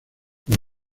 por